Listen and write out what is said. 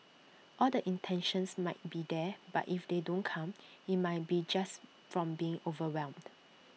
all the intentions might be there but if they don't come IT might be just from being overwhelmed